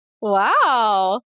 Wow